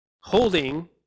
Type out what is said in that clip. holding